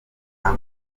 nta